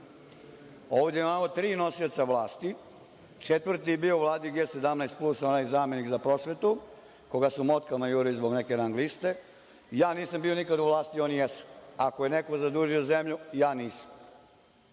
Ovde imamo tri nosioca vlasti, četvrti je bio u Vladi G17 plus, onaj zamenik za prosvetu koga su motkama jurili zbog neke rang liste. Ja nikada nisam bio u vlasti, oni jesu. Ako je neko zadužio zemlju, ja nisam. Da